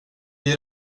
ger